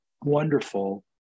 wonderful